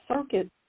circuit